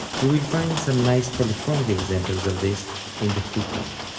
you will find some nice polyphonic examples of this in the footnote.